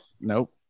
Nope